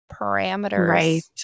parameters